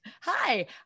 Hi